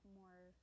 more